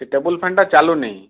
ସେ table fan ଟା ଚାଲୁନି